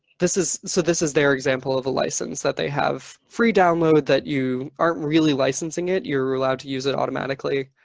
this is so this is their example of a license that they have. free download that you aren't really licensing it, you're allowed to use it automatically